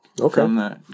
Okay